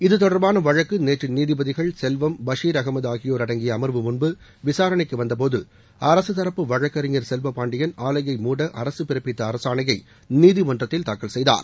இது தொடர்பான வழக்கு நேற்று நீதிபதிகள் செல்வம் பஷீர் அகமது ஆகியோர் அடங்கிய அர்வு முன்பு விசாரணைக்கு வந்தபோது அரசு தரப்பு வழக்கறிஞர் செல்வபாண்டியன் ஆலையை மூட அரசு பிறப்பித்த அரசாணையை நீதிமன்றத்தில் தாக்கல் செய்தார்